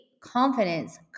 confidence